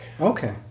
Okay